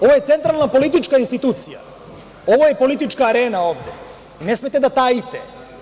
Ovo je centralna politička institucija, ovo je ovde politička arena i ne smete da tajite.